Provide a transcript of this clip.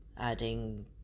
adding